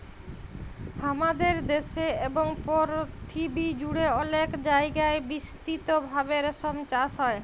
হামাদের দ্যাশে এবং পরথিবী জুড়ে অলেক জায়গায় বিস্তৃত ভাবে রেশম চাস হ্যয়